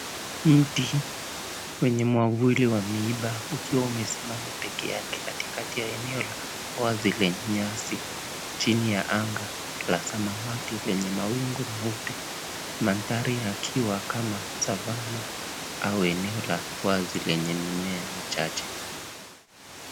Mti mwenye mwavuli wa miba ukiwa umesimama peke yake katikati ya eneo la wazi lenye nyasi chini ya anga la samawati lenye mawingu meupe. Mandhari yakiwa kama Savanna au eneo la wazi lenye mimea michache.